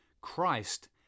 Christ